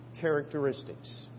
characteristics